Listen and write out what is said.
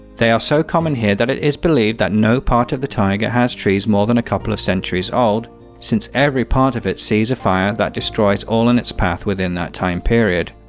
they are so common here that it is believed that no part of the taiga has trees more than a couple of centuries old since every part of it sees a fire that destroys all in its path within that time period.